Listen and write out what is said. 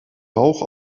rauch